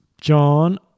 John